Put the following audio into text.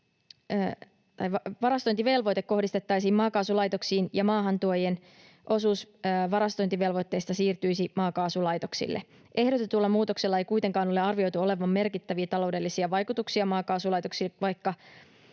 varastointivelvoite kohdistettaisiin maakaasulaitoksiin ja maahantuojien osuus varastointivelvoitteesta siirtyisi maakaasulaitoksille. Ehdotetulla muutoksella ei kuitenkaan ole arvioitu olevan merkittäviä taloudellisia vaikutuksia maakaasulaitoksiin, vaikka